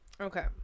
Okay